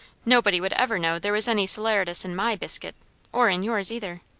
nobody would ever know there was any salaratus in my biscuit or in yours either.